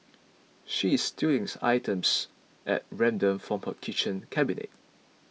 she's stealing items at random from her kitchen cabinet